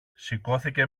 σηκώθηκε